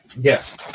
Yes